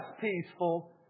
peaceful